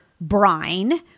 brine